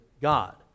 God